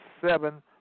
seven